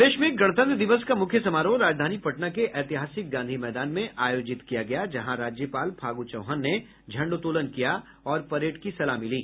प्रदेश में गणतंत्र दिवस का मुख्य समारोह राजधानी पटना के ऐतिहासिक गांधी मैदान में आयोजित किया गया जहां राज्यपाल फागू चौहान ने झंडोत्तोलन किया और परेड की सलामी ली